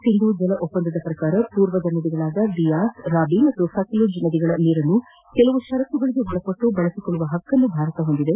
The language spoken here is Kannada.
ಸಿಂಧೂ ಜಲ ಒಪ್ಪಂದದ ಪ್ರಕಾರ ಪೂರ್ವದ ನದಿಗಳಾದ ಬಿಯಾಸ್ ರಬಿ ಮತ್ತು ಸಟ್ಲೇಜ್ ನದಿಗಳ ನೀರನ್ನು ಕೆಲ ಪರತ್ತುಗಳಿಗೆ ಒಳಪಟ್ಟು ಬಳಬಿಕೊಳ್ಳುವ ಹಕ್ಕನ್ನು ಭಾರತ ಹೊಂದಿದೆ